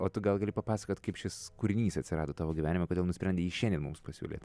o tu gal gali papasakoti kaip šis kūrinys atsirado tavo gyvenime kodėl nusprendei jį šiandien mums pasiūlyt